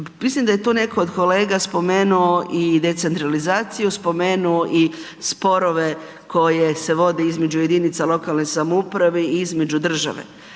Mislim da je tu netko od kolega spomenuo i decentralizaciju, spomenuo i sporove koje se vode između lokalne samouprave i između države.